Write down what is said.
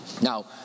Now